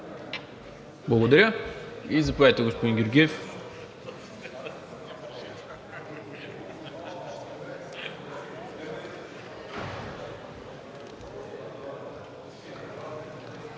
Благодаря. Заповядайте, господин Георгиев.